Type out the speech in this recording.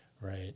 right